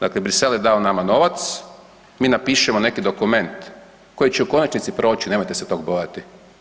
Dakle, Bruxelles je dao nama novac, mi napišemo neki dokument koji će u konačnici proći, nemojte se tog bojati.